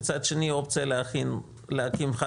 מצד שני אופציה להקים חד-רשותי,